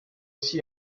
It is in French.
aussi